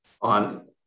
on